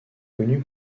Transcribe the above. connue